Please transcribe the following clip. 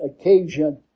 occasion